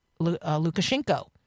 Lukashenko